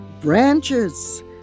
branches